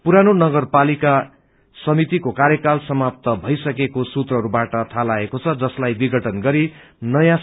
पुरानो नगरपालिका समितिको काव्रकाल समाप्त भईसकेको सूत्रहरूबाट थाहा लागेको छ जसलाई विघटन गरि नयाँ हिर्देशन्य हो